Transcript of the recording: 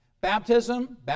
Baptism